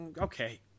okay